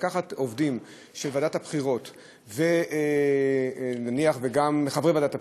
לקחת עובדים של ועדת הבחירות וגם חברי ועדת הבחירות,